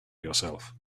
yourself